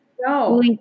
No